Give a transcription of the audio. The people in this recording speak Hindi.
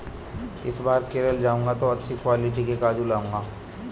इस बार केरल जाऊंगा तो अच्छी क्वालिटी के काजू लाऊंगा